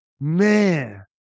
Man